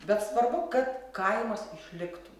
bet svarbu kad kaimas išliktų